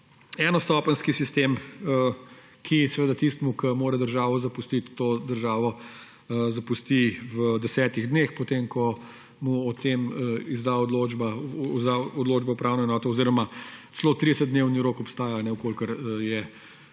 enostopenjski sistem, ki seveda tisti, ki mora državo zapustiti, to državo zapusti v 10-ih dneh, potem ko mu o tem izda odločbo upravna enota. Oziroma celo 30-dnevni rok obstaja, v kolikor je